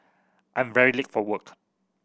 I'm very late for work